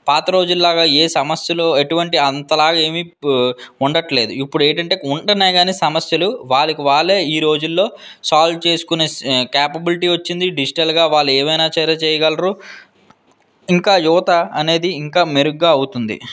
పాత రోజులలాగా ఏ సమస్యలు ఎటువంటి అంతలా ఏమీ ఉండట్లేదు ఇప్పుడు ఏంటంటే ఉంటున్నాయి కానీ సమస్యలు వాళ్ళకి వాళ్ళే ఈ రోజుల్లో సాల్వ్ చేసుకునే క్యాపబిలిటీ వచ్చింది డిజిటల్గా వాళ్ళు ఏమైనా సరే చేయగలరు ఇంకా యువత అనేది ఇంకా మెరుగ్గా అవుతుంది